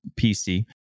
PC